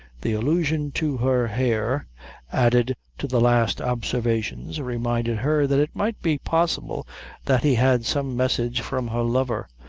the allusion to her hair added to the last observations, reminded her that it might be possible that he had some message from her lover,